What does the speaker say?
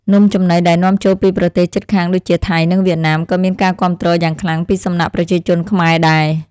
នំចំណីដែលនាំចូលពីប្រទេសជិតខាងដូចជាថៃនិងវៀតណាមក៏មានការគាំទ្រយ៉ាងខ្លាំងពីសំណាក់ប្រជាជនខ្មែរដែរ។